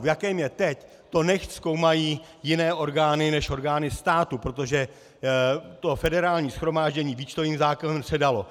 V jakém je teď, to nechť zkoumají jiné orgány než orgány státu, protože to Federální shromáždění výčtovým zákonem předalo.